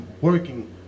working